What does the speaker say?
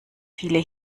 viele